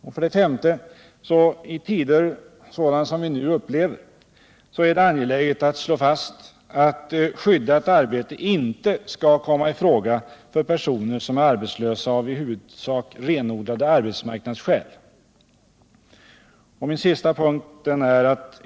Nr 48 Jvl den som de vi nu upplever är det angeläget att slå fast att skyddat Tisdagen den arbete inte skall komma i fråga för personer som är arbetslösa av i hu 13 december 1977 vudsak renodlade arbetsmarknadsskäl. KEM NUR a NN 6.